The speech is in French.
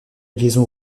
liaison